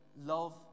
love